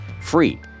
free